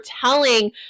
telling